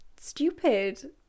stupid